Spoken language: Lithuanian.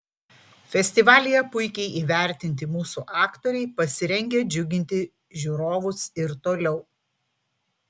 festivalyje puikiai įvertinti mūsų aktoriai pasirengę džiuginti žiūrovus ir toliau